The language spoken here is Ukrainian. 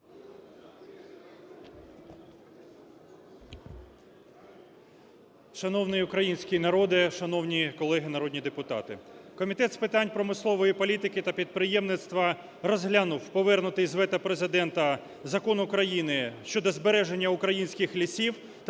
Шановний український народе, шановні колеги народні депутати, Комітет з питань промислової політики та підприємництва розглянув повернутий з вето Президента Закон України щодо збереження українських лісів